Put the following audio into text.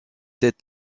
ses